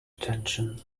attention